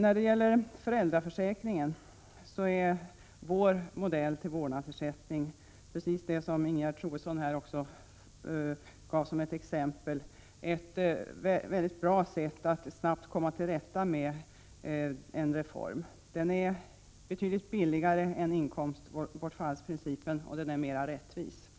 När det gäller föräldraförsäkringen är vår modell till vårdnadsersättning, som Ingegerd Troedsson exemplifierade, ett bra sätt att snabbt åstadkomma en reform. Den är betydligt billigare än inkomstbortfallsprincipen, och den är mera rättvis.